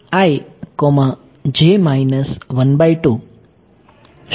શું તે યોગ્ય છે